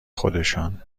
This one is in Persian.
خودشان